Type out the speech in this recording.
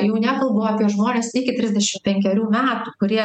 jau nekalbu apie žmones iki trisdešim penkerių metų kurie